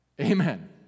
Amen